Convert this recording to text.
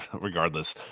regardless